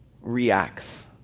reacts